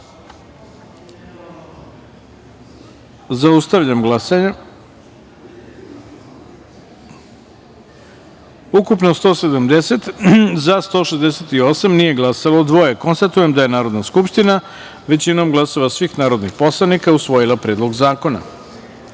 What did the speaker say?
taster. Zaustavljam glasanje: ukupno – 170, za – 168, nije glasao dvoje. Konstatujem da je Narodna skupština većinom glasova svih narodnih poslanika usvojila Predlog zakona. Šesta